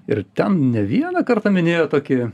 ir ten ne vieną kartą minėjot tokį